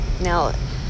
Now